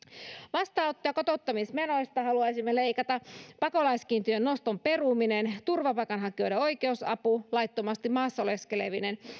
vastaanotto ja kotouttamismenoista haluaisimme leikata pakolaiskiintiön noston perumisesta turvapaikanhakijoiden oikeusavusta laittomasti maassa oleskelevien